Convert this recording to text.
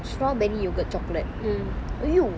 strawberry yogurt chocolate !aiyo!